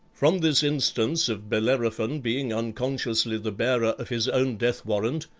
from this instance of bellerophon being unconsciously the bearer of his own death warrant,